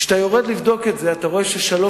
כשאתה יורד לבדוק את זה אתה רואה ששלוש